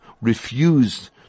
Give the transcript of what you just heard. refused